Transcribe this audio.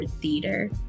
Theater